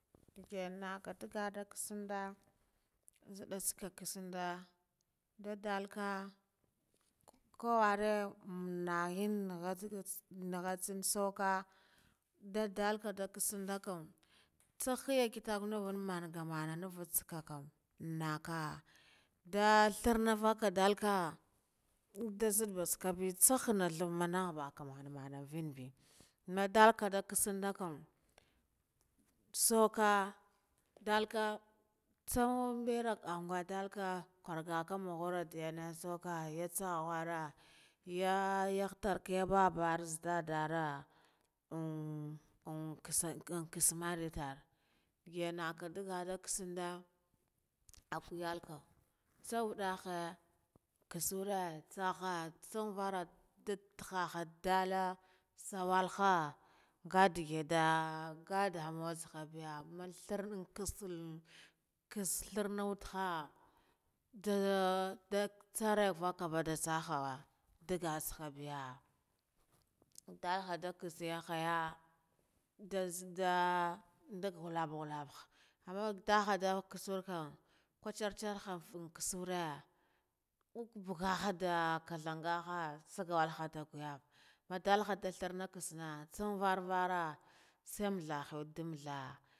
Ka dagga dan katsanda nzidda tsakaka tsanda nda dalka kwaware hahen nakha tsan tsuka da dalka da ka tsanda kam tsaheya kitakwe navan manga mana navu tsaka kam, naka ndu threa naka dalka nda nzidda ba tsakabe tsaha thabb nabaka mama mana venbe nadalka da kutsanda kam, suka ndalka tsanbera agadalka kwar gaka makhure diyane saka ya tsakhura ya yakhatar ya babba ra ze daddara kasa kismariyatar yamaka dagga da kisnda akayalkal tsa wedahe kusure tsakha danvara da takhaha da dalle sawalha ngade gida ah ngadamu wa tsaha biya, amman threa kats han kats threa na wataha nda da tsore vaka ba da saha ndagal tsaha beya, dalha kats yakha ya nda ze nda ndak wallab wallaba, amman daha da kasar kam kwachar char ham an kasara uku bugahan nda kathan gaha saga walha nda gayava amma dalha da threan katsena tsan var hah sai amtha.